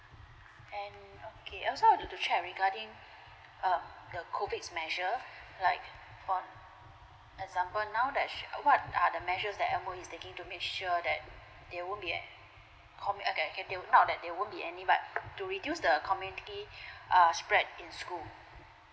and okay I also want to to check regarding uh the COVID measure like for example now that what are the measure that M_O_E is taking to make sure that there won't be eh commu~ okay okay not that there won't be any but to reduce the community uh spread in school